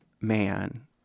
man